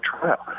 trial